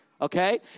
okay